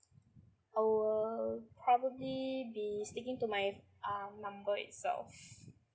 I will probably be sticking to my uh number itself